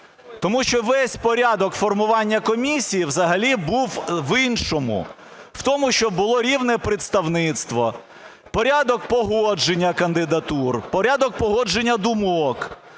тому що весь порядок формування комісії взагалі був в іншому, в тому, щоб було рівне представництво: порядок погодження кандидатур, порядок погодження думок.